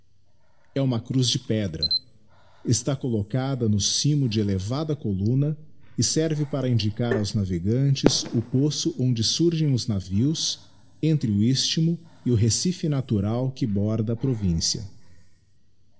e uma cruz de pedra está collocadano cimo kle elevada columna e serve para indicar aos navegantes o poço onde surgem os navios entre o isthmo e o recife natural que borda a província